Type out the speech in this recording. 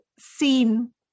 seen